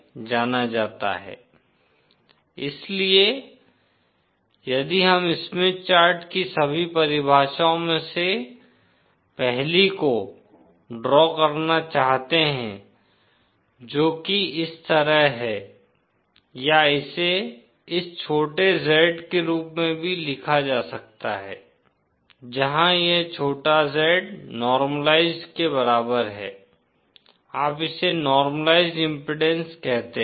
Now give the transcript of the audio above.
Z Z0ZZ0 Z 1Z1 z ZZ0jx इसलिए यदि हम स्मिथ चार्ट की सभी परिभाषाओं में से पहली को ड्रा करना चाहते हैं जो कि इस तरह है या इसे इस छोटे Z के रूप में भी लिखा जा सकता है जहां यह छोटा Z नॉर्मलाइज़्ड के बराबर है आप इसे नॉर्मलाइसड इम्पीडेन्स कहते है